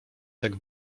tak